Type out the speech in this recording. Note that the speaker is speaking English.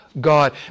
God